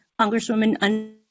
congresswoman